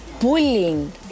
bullying